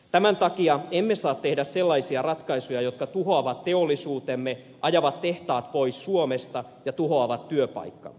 tämän takia emme saa tehdä sellaisia ratkaisuja jotka tuhoavat teollisuutemme ajavat tehtaat pois suomesta ja tuhoavat työpaikkamme